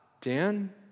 Dan